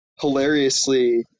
Hilariously